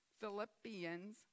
Philippians